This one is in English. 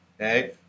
okay